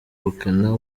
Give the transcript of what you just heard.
gukena